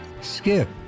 skip